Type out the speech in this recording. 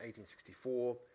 1864